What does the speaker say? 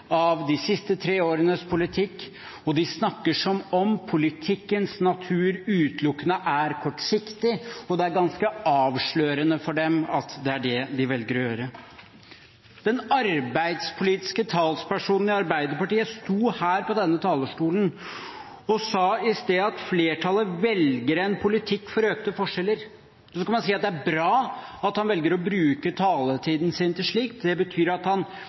av de siste tre årenes politikk, og de snakker som om politikkens natur utelukkende er kortsiktig. Det er ganske avslørende for dem at det er det de velger å gjøre. Den arbeidspolitiske talspersonen i Arbeiderpartiet sto her på denne talerstolen i sted og sa at flertallet «velger en politikk for økte forskjeller». Så kan man si at det er bra at han velger å bruke taletiden sin til slikt. Det betyr at han